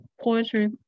poetry